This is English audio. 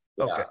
Okay